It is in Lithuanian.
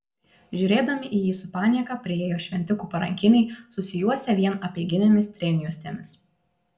žiūrėdami į jį su panieka priėjo šventikų parankiniai susijuosę vien apeiginėmis strėnjuostėmis